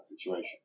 situation